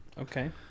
Okay